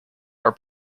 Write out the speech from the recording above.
are